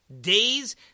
days